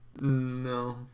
No